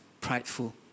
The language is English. prideful